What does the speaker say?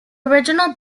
original